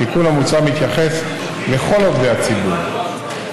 התיקון המוצע מתייחס לכל עובדי הציבור.